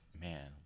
man